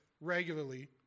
regularly